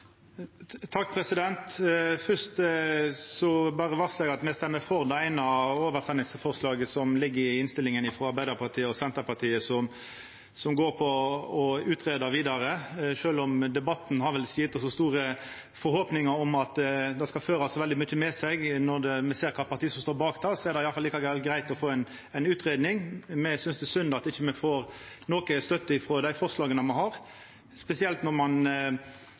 varslar eg at me stemmer for det eine oversendingsforslaget i innstillinga, frå Arbeidarpartiet og Senterpartiet, som går på å utgreia dette vidare. Sjølv om debatten ikkje har gjeve oss så store forhåpningar om at det skal føra veldig mykje med seg når me ser kva parti som står bak det, er det like greitt å få ei utgreiing. Me synest det er synd at me ikkje får støtte til dei forslaga me har, spesielt når ein